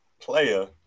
player